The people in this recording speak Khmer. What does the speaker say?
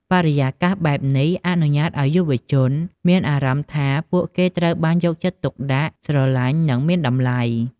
បរិយាកាសបែបនេះអនុញ្ញាតឱ្យយុវជនមានអារម្មណ៍ថាពួកគេត្រូវបានយកចិត្តទុកដាក់ ស្រឡាញ់ និងមានតម្លៃ។